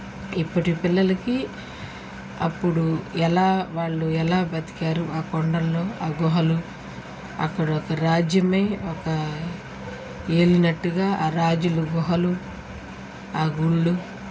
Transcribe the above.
ఇప్పటి పిల్లలకి అప్పుడు ఎలా వాళ్ళు ఎలా బ్రతికారు ఆ కొండల్లో ఆ గుహలు అక్కడ ఒక రాజ్యమే ఒక ఏలినట్టుగా ఆ రాజులు గుహలు ఆ గుళ్ళు